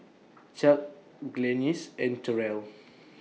Chuck Glennis and Terrell